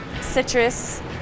Citrus